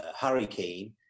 hurricane